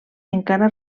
encara